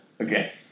Okay